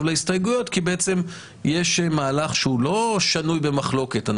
להסתייגויות כי בעצם יש מהלך שהוא לא שנוי במחלוקת.